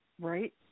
Right